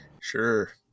Sure